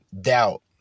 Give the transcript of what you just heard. doubt